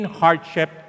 hardship